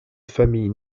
famille